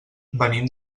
venim